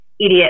idiot